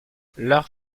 leurs